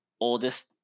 oldest